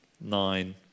nine